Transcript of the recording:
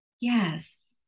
Yes